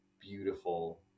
beautiful